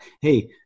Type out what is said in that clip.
Hey